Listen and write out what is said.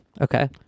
Okay